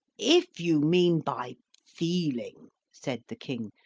if you mean by feeling said the king,